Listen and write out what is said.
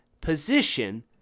position